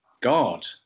God